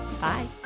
Bye